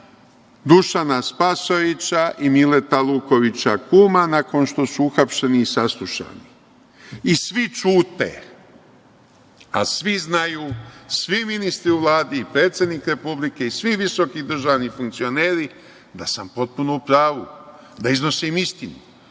Dušana Spasojevića i Mileta Lukovića Kuma, nakon što su uhapšeni i saslušani. Svi ćute, a svi znaju, svi ministri u Vladi i predsednik Republike i svi visoki državni funkcioneri da sam potpuno u pravu, da iznosim istinu.